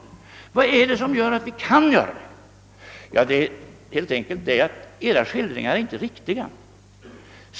Vad är det som åstadkommer att vi kan göra detta? Det är helt enkelt på det sättet, att era skildringar inte är riktiga.